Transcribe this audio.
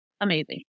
amazing